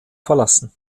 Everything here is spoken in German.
verlassen